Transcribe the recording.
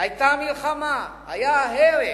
"היתה מלחמה, היה הרג,